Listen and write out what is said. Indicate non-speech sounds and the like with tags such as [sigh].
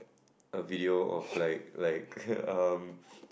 a video of like like [noise] um